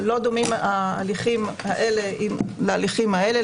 לא דומים ההליכים הללו לאלה,